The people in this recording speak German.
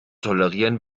tolerieren